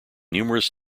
numerous